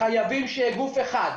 חייבים שיהיה גוף אחד,